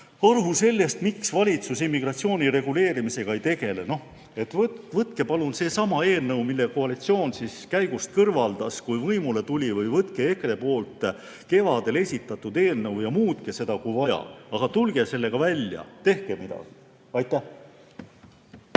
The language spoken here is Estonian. aru sellest, miks valitsus immigratsiooni reguleerimisega ei tegele. Võtke palun seesama eelnõu, mille koalitsioon käigust kõrvaldas, kui võimule tuli! Või võtke EKRE poolt kevadel esitatud eelnõu ja muutke seda, kui vaja, aga tulge sellega välja! Tehke midagi. Aitäh!